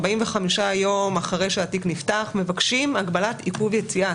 45 יום אחרי שהתיק נפתח מבקשים הגבלת עיכוב יציאה.